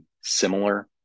Similar